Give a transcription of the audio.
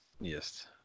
Yes